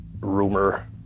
rumor